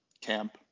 camp